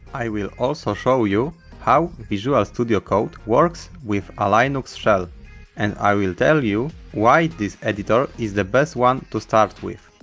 i will also show you how visual studio code works with a linux shell and i will tell you why this editor is the one to start with with.